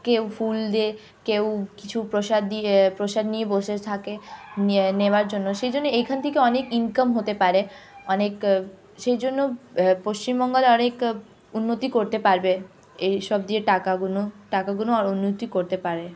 কেউ ফুল দিয়ে কেউ কিছু প্রসাদ দিয়ে প্রসাদ নিয়ে বসে থাকে নে নেওয়ার জন্য সেই জন্যে এখান থেকে অনেক ইনকাম হতে পারে অনেক সেই জন্য পশ্চিমবঙ্গে অনেক উন্নতি করতে পারবে এইসব দিয়ে টাকাগুলো টাকাগুলো আরও উন্নতি করতে পারে